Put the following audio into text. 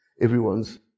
Everyone's